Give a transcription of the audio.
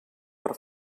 per